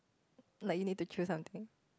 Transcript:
like you need to choose something